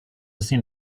seen